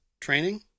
training